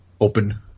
open